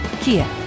Kia